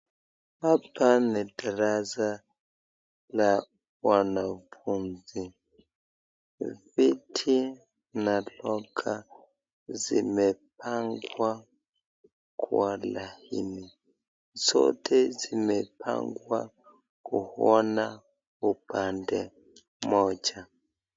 Hapa ni darasa la wanafunzi, viti na (cs)locker(cs) zimepangwa kwa laini. Zote zimepangwa kuona upande moja.